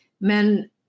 Men